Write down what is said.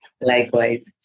Likewise